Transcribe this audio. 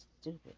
stupid